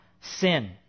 sin